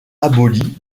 abolie